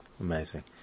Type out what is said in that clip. Amazing